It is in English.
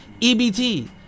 EBT